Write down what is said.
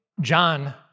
John